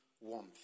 warmth